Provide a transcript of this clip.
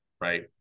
Right